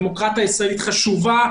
הדמוקרטיה הישראלית חשובה,